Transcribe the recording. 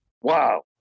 Wow